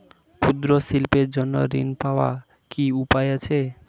ক্ষুদ্র শিল্পের জন্য ঋণ পাওয়ার কি উপায় আছে?